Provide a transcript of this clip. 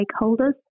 stakeholders